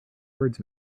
words